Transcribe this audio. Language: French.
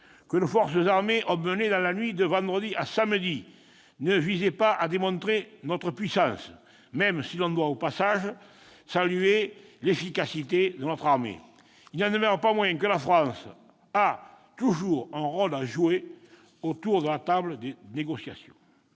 que nos forces armées ont menées dans la nuit de vendredi à samedi ne visaient pas à démontrer notre puissance, même si l'on se doit de saluer au passage l'efficacité de notre armée, il n'en demeure pas moins que la France a toujours un rôle à jouer autour de la table des négociations.